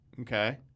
Okay